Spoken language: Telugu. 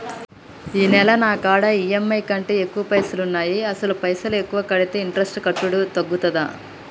ఈ నెల నా కాడా ఈ.ఎమ్.ఐ కంటే ఎక్కువ పైసల్ ఉన్నాయి అసలు పైసల్ ఎక్కువ కడితే ఇంట్రెస్ట్ కట్టుడు తగ్గుతదా?